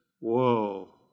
Whoa